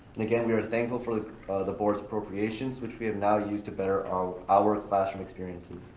again, we are thankful for the board's appropriations which we have now used to better our our classroom experiences.